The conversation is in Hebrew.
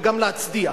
וגם להצדיע.